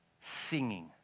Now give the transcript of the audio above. singing